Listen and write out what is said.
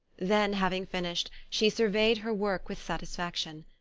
then, having finished, she sur veyed her work with satisfaction.